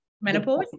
menopause